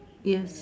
yes